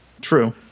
True